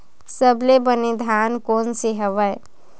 सबले बने धान कोन से हवय?